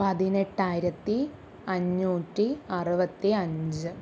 പതിനെട്ടായിരത്തി അഞ്ഞൂറ്റി അറുപത്തി അഞ്ച്